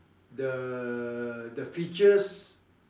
the the features